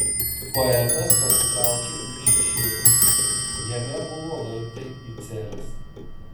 poetas pasitraukė į šešėlį jame buvo laiptai į celes